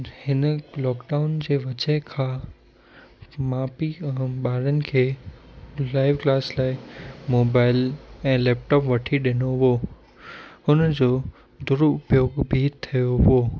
हिन लॉकडाउन जे वजह खां माउ पीउ ऐं ॿारनि खे लाइव क्लास लाइ मोबाइल ऐं लैपटॉप वठी ॾिनो हुओ हुन जो दुरुपयोग बि थियो हुओ